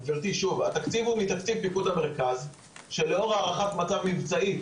התקציב פה מתקציב פיקוד המרכז שלאור הערכת מצב מבצעית